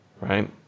right